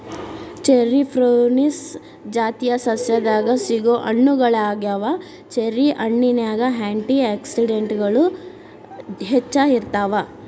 cherry prunus ಜಾತಿಯ ಸಸ್ಯದಾಗ ಸಿಗೋ ಹಣ್ಣುಗಳಗ್ಯಾವ, ಚೆರಿ ಹಣ್ಣಿನ್ಯಾಗ ಆ್ಯಂಟಿ ಆಕ್ಸಿಡೆಂಟ್ಗಳು ಹೆಚ್ಚ ಇರ್ತಾವ